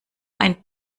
ein